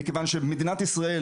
מכיוון שמדינת ישראל,